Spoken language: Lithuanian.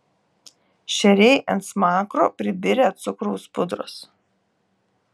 šeriai ant smakro pribirę cukraus pudros